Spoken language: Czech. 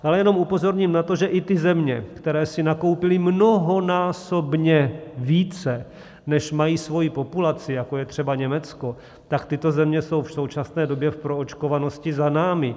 Ale jenom upozorním na to, že i ty země, které si nakoupily mnohonásobně více, než mají svoji populaci, jako je třeba Německo, tak tyto země jsou v současné době v proočkovanosti za námi.